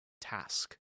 task